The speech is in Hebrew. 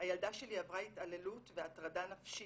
הילדה שלי עברה התעללות והטרדה נפשית,